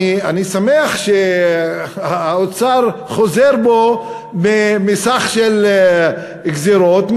אני שמח שהאוצר חוזר בו מסך של גזירות,